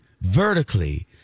vertically